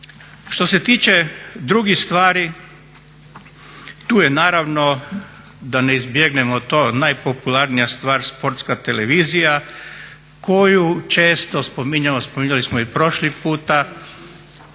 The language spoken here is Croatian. Što se tiče drugih stvari, tu je naravno da ne izbjegnemo to najpopularnija stvar Sportska TV koju često spominjemo, spominjemo je često puta.